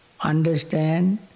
understand